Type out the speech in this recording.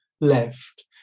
left